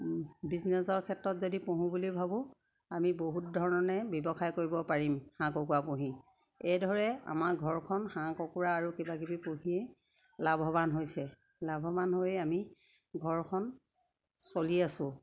বিজনেছৰ ক্ষেত্ৰত যদি পুহো বুলি ভাবোঁ আমি বহুত ধৰণে ব্যৱসায় কৰিব পাৰিম হাঁহ কুকুৰা পুহি এইদৰে আমাৰ ঘৰখন হাঁহ কুকুৰা আৰু কিবাকিবি পুহিয়ে লাভৱান হৈছে লাভৱান হৈ আমি ঘৰখন চলি আছোঁ